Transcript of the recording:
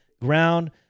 ground